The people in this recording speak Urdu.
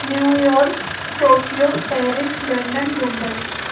new York Tokyo Paris London Mumbai